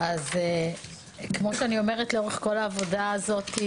כמו שאני אומרת לאורך כל העבודה הזאת,